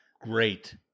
Great